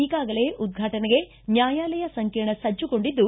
ಈಗಾಗಲೇ ಉದ್ಘಾಟನೆಗೆ ನ್ಯಾಯಾಲಯ ಸಂಕೀರ್ಣ ಸಜ್ಜುಗೊಂಡಿದ್ದು